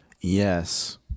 Yes